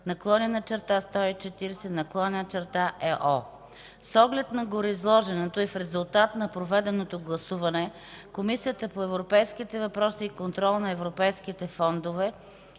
са изменени с Директива 2009/140/ЕО. С оглед на гореизложеното и в резултат на проведеното гласуване, Комисията по европейските въпроси и контрол на европейските фондове